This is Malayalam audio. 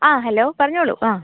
ആ ഹലോ പറഞ്ഞോളൂ ആ